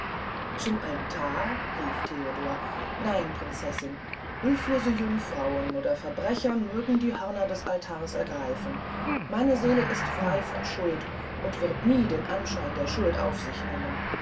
zum altar rief theodor nein prinzessin hülflose jungfrauen oder verbrecher mögen die hörner des altars ergreifen meine seele ist frey von schuld und wird nie den anschein der schuld auf sich nehmen